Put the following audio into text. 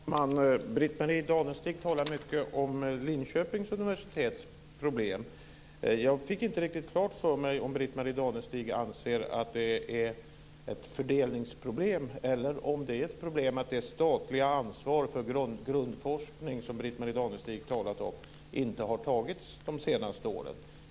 Fru talman! Britt-Marie Danestig talar mycket om Linköpings universitets problem. Jag fick inte riktigt klart för mig om Britt-Marie Danestig anser att det är ett fördelningsproblem eller att det är ett problem att det statliga ansvar för grundforskning som Britt Marie Danestig talat om inte har tagits de senaste åren.